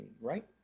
right